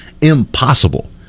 impossible